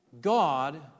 God